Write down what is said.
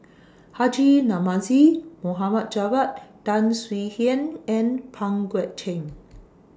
Haji Namazie Muhammad Javad Tan Swie Hian and Pang Guek Cheng